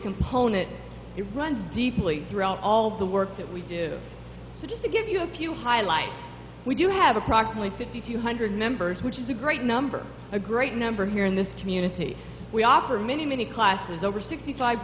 component it runs deeply throughout all the work that we do so just to give you a few highlights we do have approximately fifty two hundred members which is a great number a great number here in this community we operate many many classes over sixty five